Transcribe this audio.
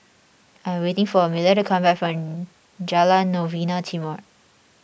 I am waiting for Amalia to come back from Jalan Novena Timor